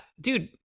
dude